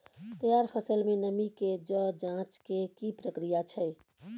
तैयार फसल में नमी के ज जॉंच के की प्रक्रिया छै?